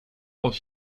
aus